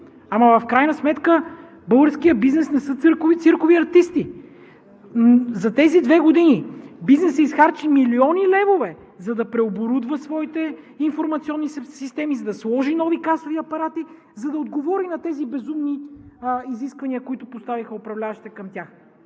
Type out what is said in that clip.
В крайна сметка българският бизнес не са циркови артисти. За тези две години бизнесът изхарчи милиони левове, за да преоборудва своите информационни системи, за да сложи нови касови апарати, за да отговори на тези безумни изисквания, които поставиха управляващите към тях.